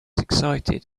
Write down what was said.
excited